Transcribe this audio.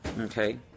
okay